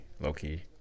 low-key